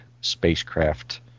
spacecraft